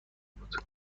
بود